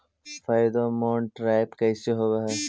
Pheromone trap कैसे होब हई?